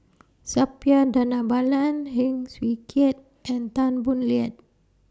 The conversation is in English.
Suppiah Dhanabalan Heng Swee Keat and Tan Boo Liat